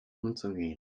umzugehen